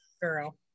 girl